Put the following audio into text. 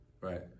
right